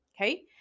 Okay